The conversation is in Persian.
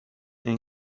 این